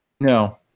No